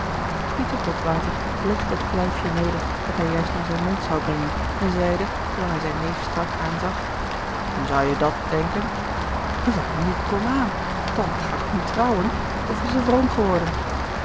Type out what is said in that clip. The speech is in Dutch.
pieter botwater legde het kluifje neder dat hij juist naar zijn mond zou brengen en zeide terwijl hij zijn neef strak aanzag zou je dat denken wel nu komaan tante gaat toch niet trouwen of is zij vroom geworden